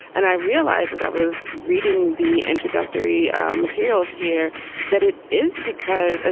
and i realize as i was reading the introductory materials here that it is because, ah